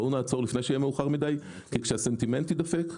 בואו נעצור לפני שיהיה מאוחר מדי כי כשהסנטימנט יידפק,